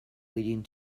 leading